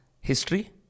history